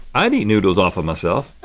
i'd eat noodles off of myself.